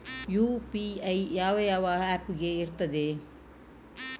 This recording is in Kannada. ಯು.ಪಿ.ಐ ಯಾವ ಯಾವ ಆಪ್ ಗೆ ಇರ್ತದೆ?